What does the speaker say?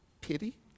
pity